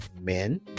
men